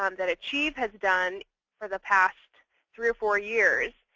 um that achieve has done for the past three or four years.